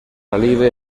alive